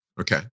Okay